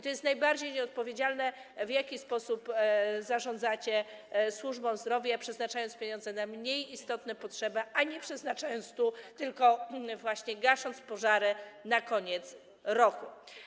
To jest najbardziej nieodpowiedzialne - to, w jaki sposób zarządzacie służbą zdrowia, przeznaczając pieniądze na mniej istotne potrzeby, a na to ich nie przeznaczając, tylko właśnie gasząc pożary na koniec roku.